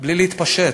בלי להתפשט,